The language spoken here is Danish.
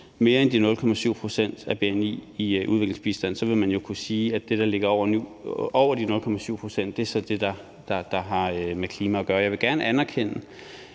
mere end de 0,7 pct. af bni i udviklingsbistand, vil man jo kunne sige, at det, der ligger over de 0,7 pct., så er det, der har med klima at gøre. Jeg vil gerne anerkende,